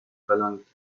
verlangt